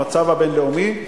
המצב הבין-לאומי,